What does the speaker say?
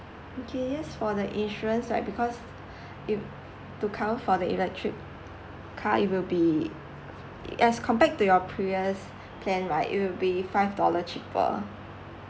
okay yes for the insurance right because if to cover for the electric car it will be as compared to your previous plan right it will be five dollar cheaper